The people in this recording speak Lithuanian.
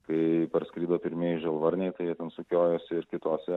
kai parskrido pirmieji žalvarniai tai jie ten sukiojosi ir kitose